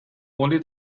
only